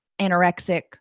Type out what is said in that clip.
anorexic